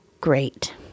great